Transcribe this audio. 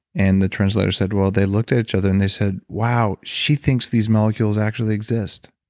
and the translator said, well, they looked at each other and they said wow, she thinks these molecules actually exist.